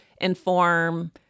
inform